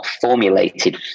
formulated